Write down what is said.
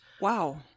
Wow